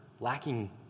lacking